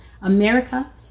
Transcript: America